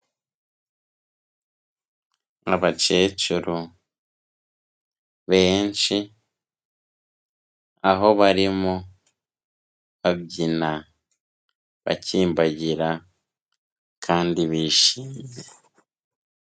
Abakecuru benshi aho barimo babyina, bakimbagira kandi bishimye.